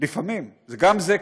לפעמים, גם זה קורה,